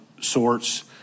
sorts